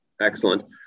excellent